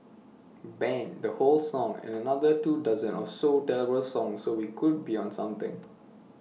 ban the whole song and another two dozen or so terrible songs and we would be on to something